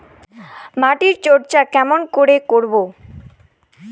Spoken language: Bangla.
মাটির পরিচর্যা কেমন করে করব?